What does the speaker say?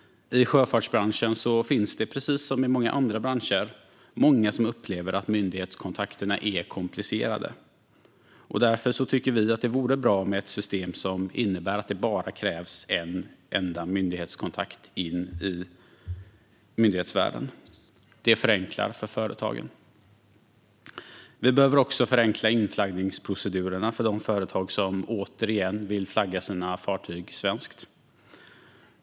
I sjöfartsbranschen, precis som i många andra branscher, upplever många att myndighetskontakterna är komplicerade. Därför tycker vi att det vore bra med ett system som innebär att det bara krävs en enda kontakt in i myndighetsvärlden. Det skulle förenkla för företagen. Vi behöver också förenkla inflaggningsprocedurerna för de företag som återigen vill flagga sina fartyg svenskt.